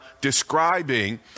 describing